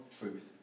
Truth